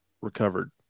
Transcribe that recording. recovered